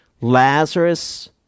Lazarus